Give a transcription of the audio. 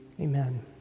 Amen